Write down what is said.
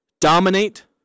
dominate